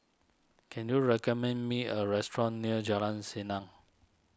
can you recommend me a restaurant near Jalan Senang